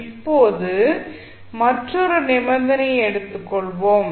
இப்போது மற்றொரு நிபந்தனையை எடுத்துக் கொள்வோம்